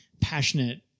passionate